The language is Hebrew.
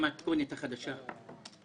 מהמתכונת החדשה,